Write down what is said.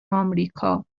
آمریکا